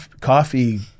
coffee